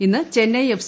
ഇന്ന് ചെന്നൈ എഫ്